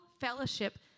fellowship